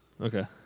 Okay